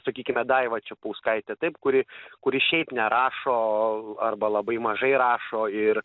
sakykime daivą čepauskaitę taip kuri kuri šiaip nerašo arba labai mažai rašo ir